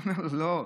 הוא אומר לו: